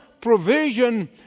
provision